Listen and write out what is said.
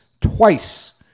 twice